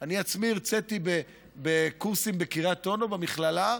אני עצמי הרציתי בקורסים בקריית אונו, במכללה,